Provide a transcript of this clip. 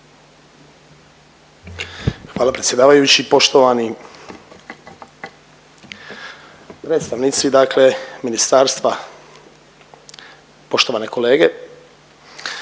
Hvala predsjedavajući. Poštovani predstavnici dakle ministarstva, poštovane kolege.